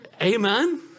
Amen